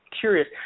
Curious